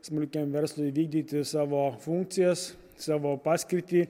smulkiam verslui vykdyti savo funkcijas savo paskirtį